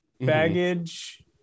baggage